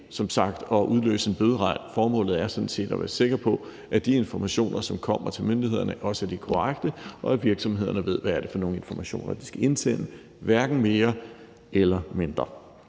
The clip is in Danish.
som sagt, at udløse en bøderegn. Formålet er sådan set at være sikker på, at de informationer, som kommer til myndighederne, også er de korrekte, og at virksomhederne ved, hvad det er for nogle informationer, de skal indsende – hverken mere eller mindre.